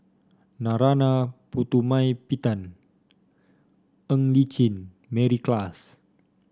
Narana Putumaippittan Ng Li Chin Mary Klass